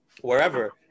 wherever